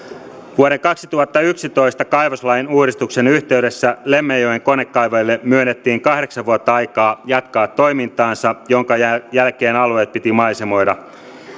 vuoden kaksituhattayksitoista kaivoslain uudistuksen yhteydessä lemmenjoen konekaivajille myönnettiin kahdeksan vuotta aikaa jatkaa toimintaansa jonka jälkeen alueet piti maisemoida